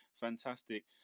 fantastic